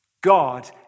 God